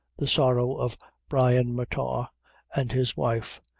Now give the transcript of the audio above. the sorrow of brian murtagh and his wife,